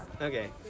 Okay